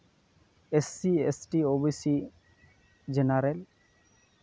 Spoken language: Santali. S C S T O B C general